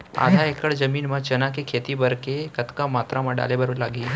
आधा एकड़ जमीन मा चना के खेती बर के कतका मात्रा डाले बर लागही?